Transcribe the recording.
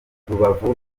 rubavu